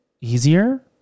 easier